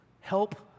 Help